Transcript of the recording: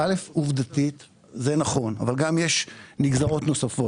עובדתית זה נכון אבל גם יש נגזרות נוספות.